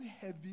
heavy